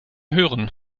hören